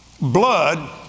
Blood